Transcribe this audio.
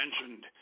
mentioned